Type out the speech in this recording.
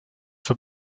for